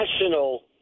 national